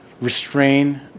restrain